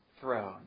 throne